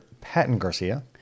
Patton-Garcia